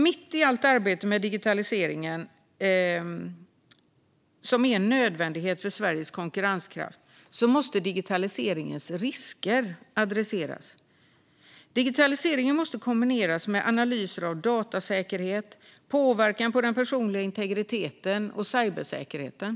Mitt i allt arbete med digitaliseringen, som är en nödvändighet för Sveriges konkurrenskraft, måste digitaliseringens risker adresseras. Digitaliseringen måste kombineras med analyser av datasäkerhet, påverkan på den personliga integriteten och cybersäkerheten.